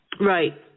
Right